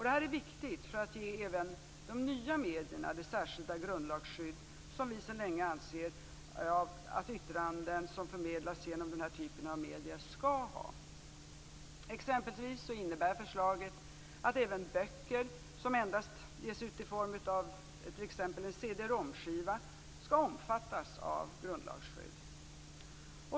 Det här är viktigt för att ge även de nya medierna det särskilda grundlagsskydd som vi sedan länge anser att yttranden som förmedlas genom den här typen av medier skall ha. Exempelvis innebär förslaget att även böcker som endast ges ut i form av t.ex. en cd-romskiva skall omfattas av grundlagsskydd.